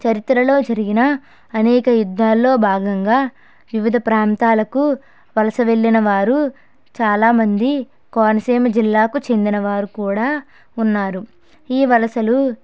చరిత్రలో జరిగిన అనేక యుద్ధాల్లో భాగంగా వివిధ ప్రాంతాలకు వలస వెళ్ళిన వారు చాలామంది కోనసీమ జిల్లాకు చెందిన వారు కూడా ఉన్నారు ఈ వలసలు